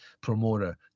promoter